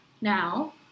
Now